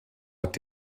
hat